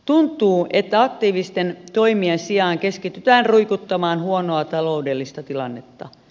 tuntuu että aktiivisten toimien sijaan keskitytään ruikuttamaan huonoa taloudellista tilannetta